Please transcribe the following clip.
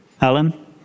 Alan